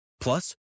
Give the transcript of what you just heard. Plus